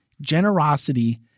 generosity